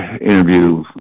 interview